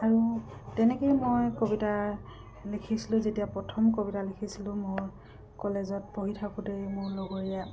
আৰু তেনেকৈয়ে মই কবিতা লিখিছিলোঁ যেতিয়া প্ৰথম কবিতা লিখিছিলোঁ মোৰ কলেজত পঢ়ি থাকোঁতেই মোৰ লগৰীয়া